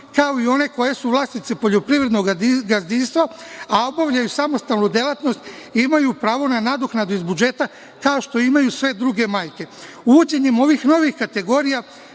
kao i one koje su vlasnici poljoprivrednog gazdinstva, a obavljaju samostalnu delatnost, imaju pravo na nadoknadu iz budžeta, kao što imaju sve druge majke. Uvođenjem ovih novih kategorija